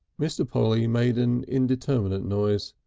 mr. polly made an indeterminate noise.